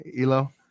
Elo